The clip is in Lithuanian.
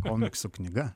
komiksų knyga